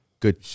good